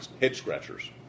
head-scratchers